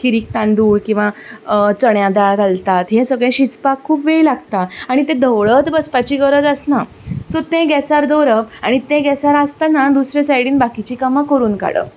खिरीक तांदूळ किंवां चण्या दाळ घालतात हें सगळें शिजपाक खूब वेळ लागता आनी तें धवळत बसपाची गरज आसना सो तें गॅसार दवरप आनी तें गॅसार आसतना दुसरें सायडीन बाकिचीं कामां करून काडप